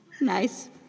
Nice